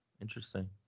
Interesting